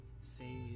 say